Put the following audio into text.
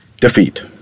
Defeat